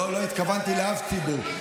לא התכוונתי לאף ציבור.